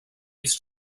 used